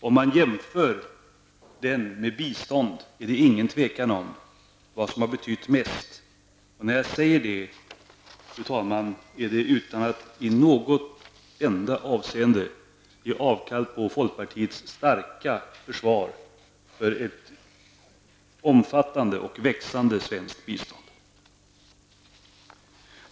Om man jämför handeln med bistånd är det inget tvivel om vad som betytt mest. När jag säger det, fru talman, är det utan att i något enda avseende göra avkall på folkpartiets starka försvar för ett omfattande och växande svenskt bistånd.